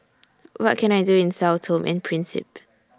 What Can I Do in Sao Tome and Principe